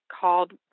called